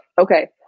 okay